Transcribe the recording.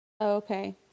Okay